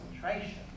concentration